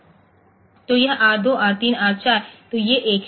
तो यह R 2 R 3 R 4 तो ये 1 हैं